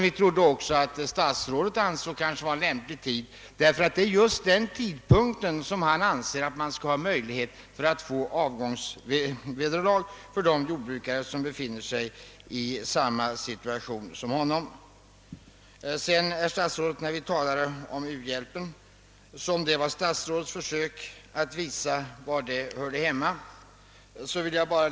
Vi trodde att även statsrådet hade denna åsikt därför att den perioden sträcker sig fram till den tidpunkt, som — enligt statsrådet — skall utgöra gräns för möjligheten för en jordbrukare i samma situation att erhålla avgångsvederlag. När vi talade om u-hjälpen försökte statsrådet visa att denna fråga hade sin särskilda plats.